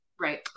right